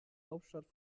hauptstadt